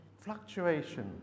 Fluctuation